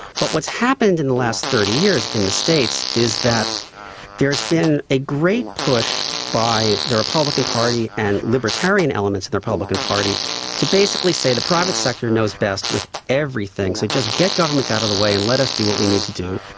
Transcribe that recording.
but what has happened in the last thirty years in the states is that there has been a great push by the republican party and libertarian elements in the republican party to basically say the private sector knows best with everything, so just get governments out of the way and let us do what we need to do.